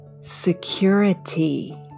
security